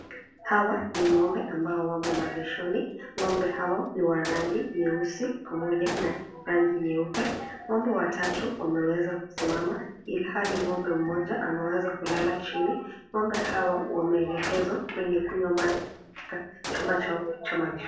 Hawa ni ng'ombe ambao wamo malishoni, ng'ombe hawa ni wa rangi nyeusi pamoja na rangi nyeupe, ng'ombe watatu wameweza kusimama ilhali ng'ombe mmoja ameweza kulala chini ng'ombe hawa wameelekezwa kwenye kunywa maji katika chumba chao cha malisho.